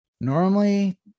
Normally